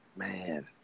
Man